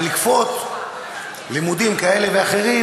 אבל לכפות לימודים כאלה ואחרים,